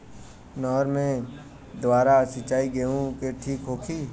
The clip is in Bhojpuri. नहर के द्वारा सिंचाई गेहूँ के ठीक होखि?